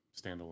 standalone